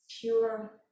pure